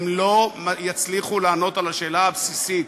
הם לא יצליחו לענות על השאלה הבסיסית: